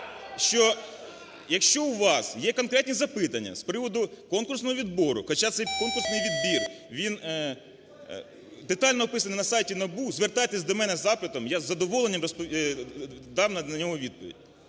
якщо у вас є конкретні запитання з приводу конкурсного відбору, хоча цей конкурсний відбір він детально описаний на сайті НАБУ, звертайтесь до мене з запитом, я з задоволенням дам на нього відповідь.